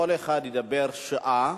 כל אחד ידבר שעה,